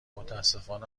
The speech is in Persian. متاسفانه